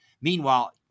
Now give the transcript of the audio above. Meanwhile